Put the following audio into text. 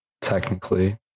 Technically